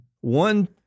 One